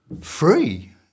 free